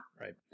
right